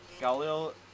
Galil